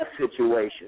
situation